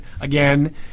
again